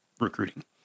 Recruiting